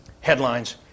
headlines